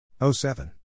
07